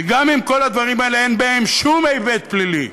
וגם אם כל הדברים האלה אין בהם שום היבט פלילי,